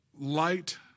light